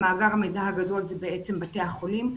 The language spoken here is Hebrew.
מאגר המידע הגדול זה בעצם בתי החולים.